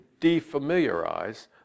defamiliarize